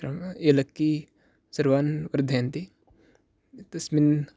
तत्र एलकी सर्वान् वर्धयन्ति तस्मिन्